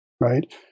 right